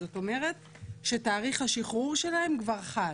זאת אומרת שתאריך השחרור שלהם כבר חל.